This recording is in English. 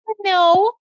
no